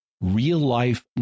real-life